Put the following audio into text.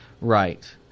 Right